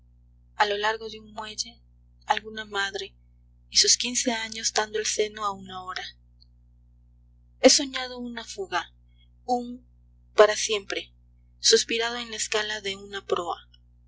alcoba a lo largo de un muelle alguna madre y sus quince años dando el seno a una hora siempre he soñado una fuga un para suspirado en la escala de una proa